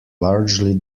largely